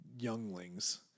Younglings